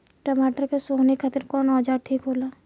टमाटर के सोहनी खातिर कौन औजार ठीक होला?